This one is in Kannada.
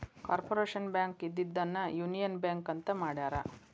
ಕಾರ್ಪೊರೇಷನ್ ಬ್ಯಾಂಕ್ ಇದ್ದಿದ್ದನ್ನ ಯೂನಿಯನ್ ಬ್ಯಾಂಕ್ ಅಂತ ಮಾಡ್ಯಾರ